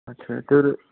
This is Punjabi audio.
ਅੱਛਾ ਅਤੇ